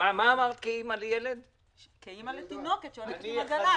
כאימא לתינוק שהולכת עם עגלה,